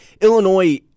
Illinois